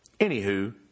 anywho